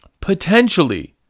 potentially